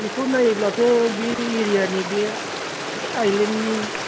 बेखौ नायोब्लाथ' बे एरियानि बे आइलेण्डनि